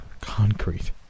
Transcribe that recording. Concrete